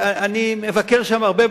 אני מבקר שם הרבה,